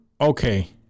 okay